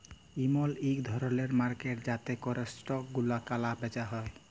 ইমল ইক ধরলের মার্কেট যাতে ক্যরে স্টক গুলা ক্যালা বেচা হচ্যে